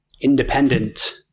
independent